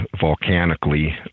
volcanically